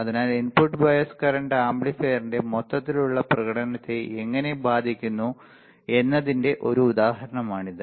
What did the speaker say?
അതിനാൽ input bias current ആംപ്ലിഫയറിന്റെ മൊത്തത്തിലുള്ള പ്രകടനത്തെ എങ്ങനെ ബാധിക്കുന്നു എന്നതിന്റെ ഒരു ഉദാഹരണമാണിത്